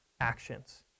actions